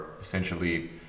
essentially